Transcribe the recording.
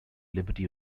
liberty